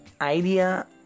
idea